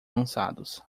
lançados